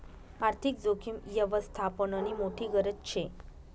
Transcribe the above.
आर्थिक जोखीम यवस्थापननी मोठी गरज शे